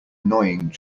annoying